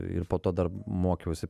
ir po to dar mokiausi